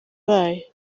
bayo